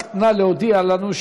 רק נא להודיע לנו.